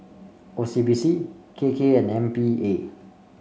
O C B C K K and M P A